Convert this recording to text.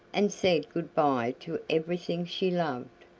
and said good-by to everything she loved,